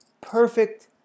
Perfect